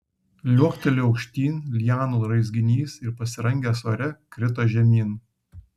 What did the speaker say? liuoktelėjo aukštyn lianų raizginys ir pasirangęs ore krito žemyn